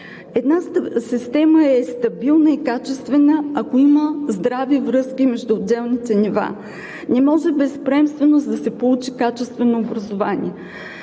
Една система е стабилна и качествена, ако има здрави връзки между отделните нива. Не може без приемственост да се получи качествено образование.